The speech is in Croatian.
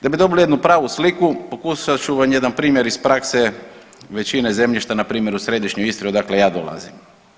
Da bi dobili jednu pravu sliku pokušat ću vam jedan primjer iz prakse većine zemljišta na primjer u središnjoj Istri odakle ja dolazim.